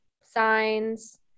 signs